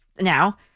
now